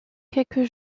quelques